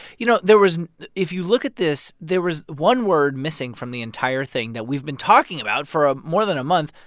you know, there was if you look at this, there was one word missing from the entire thing that we've been talking about for a more than a month.